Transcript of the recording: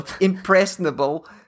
impressionable